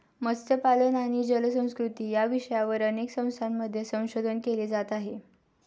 मत्स्यपालन आणि जलसंस्कृती या विषयावर अनेक संस्थांमध्ये संशोधन केले जात आहे